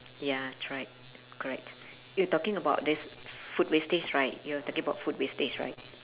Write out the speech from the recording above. ya tried correct you talking about this food wastage right you're talking about food wastage right